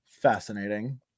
fascinating